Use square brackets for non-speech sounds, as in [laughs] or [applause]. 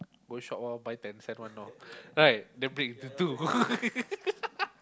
go shop lor buy ten cents want lor right then break into two [laughs]